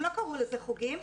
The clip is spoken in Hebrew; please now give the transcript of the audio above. הם לא קראו לזה חוגים,